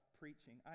preaching